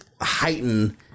heighten